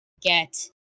get